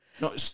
no